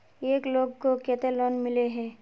एक लोग को केते लोन मिले है?